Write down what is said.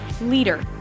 Leader